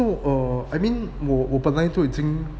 不 err : I mean 我本来都已经